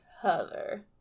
hover